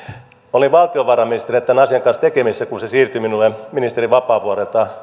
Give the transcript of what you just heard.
olin valtiovarainministerinä tämän asian kanssa tekemisissä kun hallintarekisteröinti siirtyi minulle ministeri vapaavuorelta